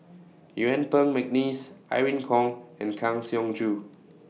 Yuen Peng Mcneice Irene Khong and Kang Siong Joo